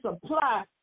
supply